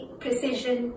precision